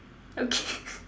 okay